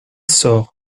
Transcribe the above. sort